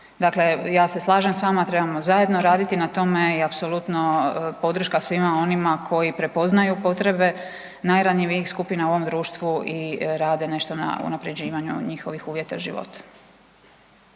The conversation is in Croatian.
Dakle, ja se slažem s vama trebamo zajedno raditi na tome i apsolutno podrška svima onima koji prepoznaju potrebe najranjivijih skupina u ovom društvu i rade nešto na unapređivanju njihovih uvjeta života.